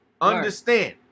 Understand